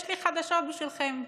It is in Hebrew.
יש לי חדשות בשבילכם: